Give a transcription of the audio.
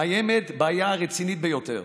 קיימת בעיה רצינית ביותר